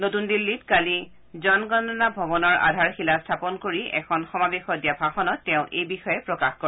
নতুন দিল্লীত কালি জনগণনা ভৱনৰ আধাৰশিলা স্থাপন কৰি এখন সমাৱেশত দিয়া ভাষণত তেওঁ এই বিষয়ে প্ৰকাশ কৰে